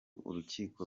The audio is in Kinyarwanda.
urukiko